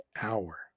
hour